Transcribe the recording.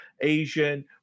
Asian